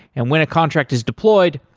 and when a contract is deployed,